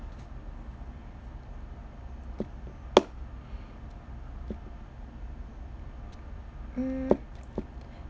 mm